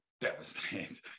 devastated